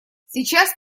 сейчас